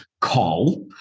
call